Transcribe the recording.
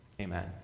Amen